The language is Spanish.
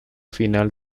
final